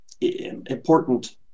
important